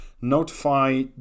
notify